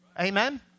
Amen